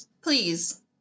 please